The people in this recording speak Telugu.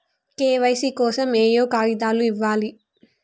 కే.వై.సీ కోసం ఏయే కాగితాలు ఇవ్వాలి?